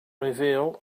reveal